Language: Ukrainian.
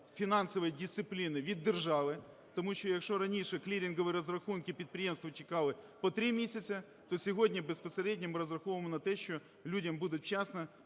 фінансової дисципліни від держави. Тому що, якщо раніше клірингові розрахунки підприємства чекали по 3 місяці, то сьогодні безпосередньо ми розраховуємо на те, що людям буде вчасно,